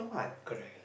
correct